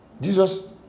Jesus